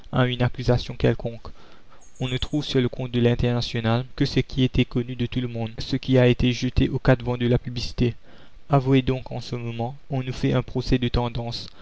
une accusation quelconque on ne trouve sur le compte de l'internationale que ce qui était connu de tout le monde ce qui a été jeté aux quatre vents de la publicité avouez donc qu'en ce moment on nous fait un procès de tendance